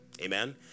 Amen